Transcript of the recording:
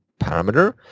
parameter